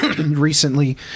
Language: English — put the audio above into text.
recently